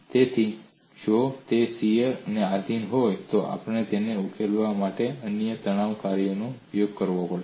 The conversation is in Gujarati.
તેથી જો તે શિયર ને આધિન હોય તો આપણે તેને ઉકેલવા માટે અન્ય તણાવ કાર્યનો ઉપયોગ કરવો પડશે